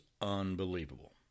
unbelievable